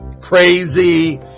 crazy